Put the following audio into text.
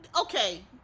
okay